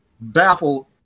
baffled